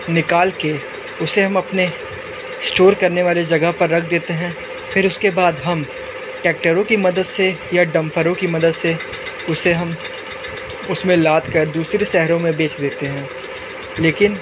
निकालकर उसे हम अपने स्टोर करने वाले जगह पर रख देते हैं फिर उसके बाद हम ट्रैक्टरों की मदद से या डंफ़रों की मदद से उसे हम उसमें लादकर दूसरे शहरों में बेच देते हैं लेकिन